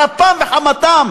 על אפם וחמתם